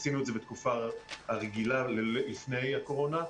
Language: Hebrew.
עשינו את זה בתקופה הרגילה לפני הקורונה,